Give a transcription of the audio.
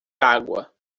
água